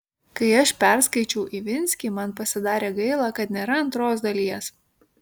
kai aš perskaičiau ivinskį man pasidarė gaila kad nėra antros dalies